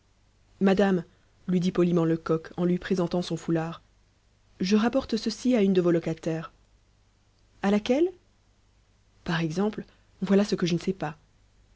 lui dit poliment lecoq en lui présentant son foulard je rapporte ceci à une de vos locataires à laquelle par exemple voilà ce que je ne sais pas